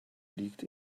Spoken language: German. liegt